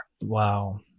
Wow